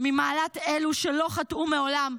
ממעלת אלו שלא חטאו מעולם,